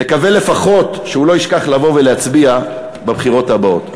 נקווה לפחות שהוא לא ישכח לבוא ולהצביע בבחירות הבאות.